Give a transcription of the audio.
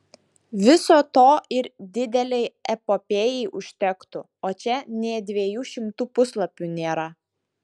viso to ir didelei epopėjai užtektų o čia nė dviejų šimtų puslapių nėra